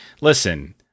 listen